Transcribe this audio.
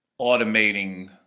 automating